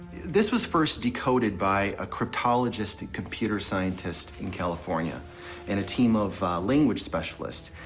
this was first decoded by a cryptologist and computer scientist in california and a team of language specialists.